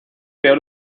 peor